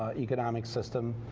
economic system.